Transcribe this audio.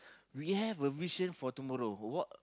we have a vision for tomorrow what